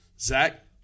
Zach